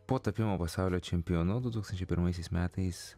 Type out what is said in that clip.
po tapimo pasaulio čempionu du tūkstančiai pirmaisiais metais